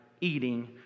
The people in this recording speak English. eating